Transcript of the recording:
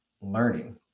learning